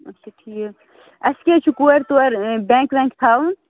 ٹھیٖک اَسہِ کیاہ چھُ کورِ تورٕ بٮ۪نک وٮ۪نک تھاوُن